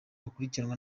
akurikiranwa